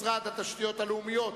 משרד התשתיות הלאומיות,